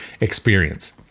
experience